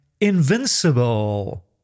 invincible